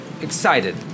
excited